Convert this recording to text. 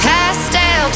Pastel